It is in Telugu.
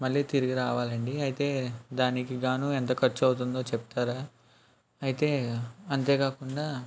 మళ్ళీ తిరిగి రావాలండి అయితే దానికి గాను ఎంత ఖర్చు అవుతుందో చెప్తారా అయితే అంతే కాకుండా